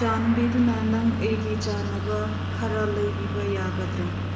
ꯆꯥꯟꯕꯤꯗꯨꯅ ꯅꯪ ꯑꯩꯒꯤ ꯆꯥꯅꯕ ꯈꯔ ꯂꯩꯕꯤꯕ ꯌꯥꯒꯗ꯭ꯔꯥ